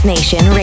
Nation